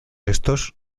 estos